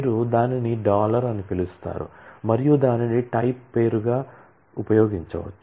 మీరు దానిని డాలర్ అని పిలుస్తారు మరియు దానిని టైప్ పేరుగా ఉపయోగించవచ్చు